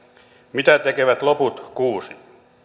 mitä tekevät loput kuusi